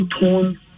torn